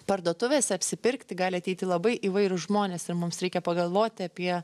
parduotuves apsipirkti gali ateiti labai įvairūs žmonės ir mums reikia pagalvoti apie